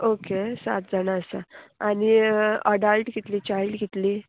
okay सात जाणां आसा आनी अडाल्ट कितली चायल्ड कितली